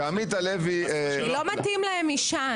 שעמית הלוי --- לא מתאים להם אישה,